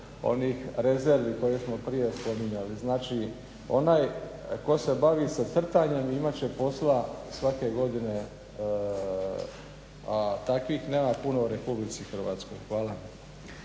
onih rezervi koje smo prije spominjali. Znači onaj ko se bavi sa crtanjem imat će posla svake godine, a takvih nema puno u Republici Hrvatskoj. Hvala.